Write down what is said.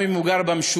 גם אם הוא גר במשולש,